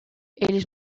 eles